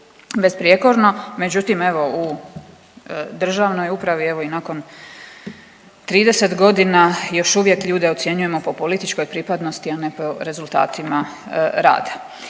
besprijekorno. Međutim, evo u državnoj upravi evo i nakon 30 godina još uvijek ljude ocjenjujemo političkoj pripadnosti, a ne po rezultatima rada.